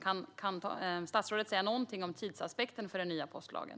Kan statsrådet säga någonting om tidsaspekten för den nya postlagen?